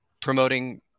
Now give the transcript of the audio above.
promoting